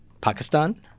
Pakistan